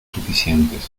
suficientes